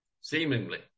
seemingly